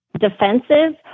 defensive